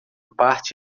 parte